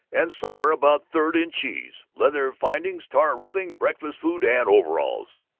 and somewhere about third in cheese, leather findings, tar roofing, breakfast food, and overalls!